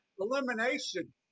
Elimination